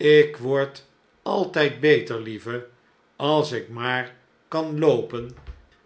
ik word altijd beter lieve als ik maar kan loopen